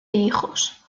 hijos